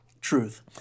Truth